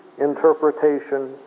interpretation